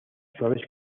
suaves